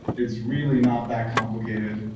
it's really not that complicated